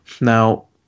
Now